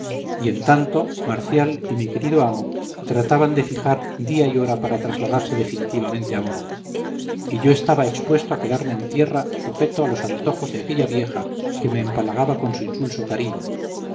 y en tanto marcial y mi querido amo trataban de fijar día y hora para trasladarse definitivamente a bordo y yo estaba expuesto a quedarme en tierra sujeto a los antojos de aquella vieja que me empalagaba con su insulso cariño